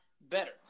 better